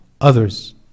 others